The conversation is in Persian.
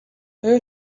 آیا